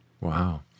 Wow